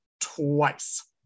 twice